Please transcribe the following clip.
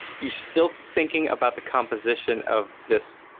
you still thinking about the composition of this